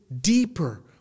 deeper